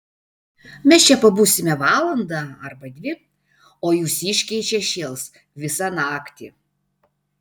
mes čia pabūsime valandą arba dvi o jūsiškiai čia šėls visą naktį